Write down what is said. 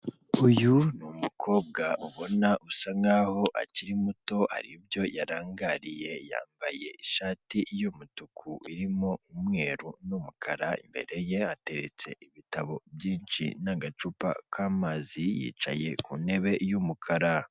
Uyu ni umukobwa ubona usa nk'aho akiri muto, hari ibyo yarangariye. Yambaye ishati y'umutuku, irimo umweru n'umukara, imbere ye hateretse ibitabo byinshi n'agacupa k'amazi, yicaye ku ntebe y'umukara.